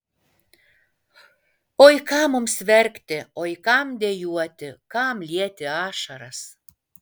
oi kam mums verkti oi kam dejuoti kam lieti ašaras